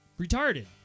Retarded